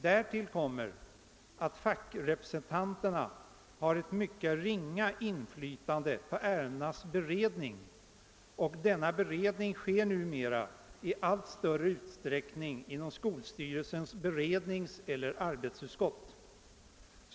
Därtill kommer att fackrepresentanterna har ett mycket ringa inflytande på ärendenas beredning, som numera i allt större utsträckning sker inom skolstyrelsens beredningseller arbetsutskott.